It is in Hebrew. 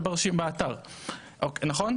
זאת אומרת